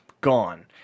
gone